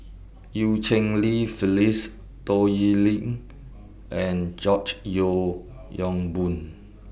EU Cheng Li Phyllis Toh Yiling and George Yeo Yong Boon